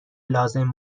لازم